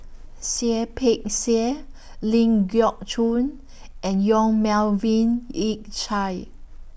Seah Peck Seah Ling Geok Choon and Yong Melvin Yik Chye